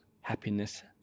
happiness